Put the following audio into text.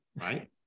Right